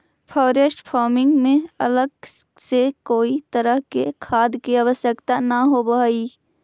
forest farming में अलग से कोई तरह के खाद के आवश्यकता न होवऽ हइ